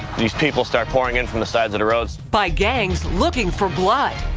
these people started pouring in from the side of the roads. by gangs looking for blood.